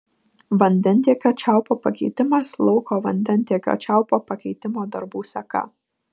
vandentiekio čiaupo pakeitimas lauko vandentiekio čiaupo pakeitimo darbų seka